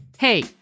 Hey